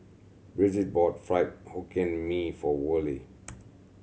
Brigid bought Fried Hokkien Mee for Worley